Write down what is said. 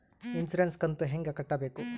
Insurance ಕಂತು ಹೆಂಗ ಕಟ್ಟಬೇಕು?